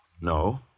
No